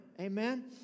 Amen